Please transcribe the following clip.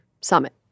summit